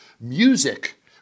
music